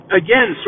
again